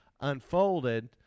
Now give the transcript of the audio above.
unfolded